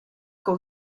con